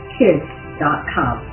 kids.com